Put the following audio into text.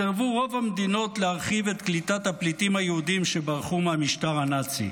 סירבו רוב המדינות להרחיב את קליטת הפליטים היהודים שברחו מהמשטר הנאצי.